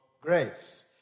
grace